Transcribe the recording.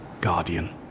guardian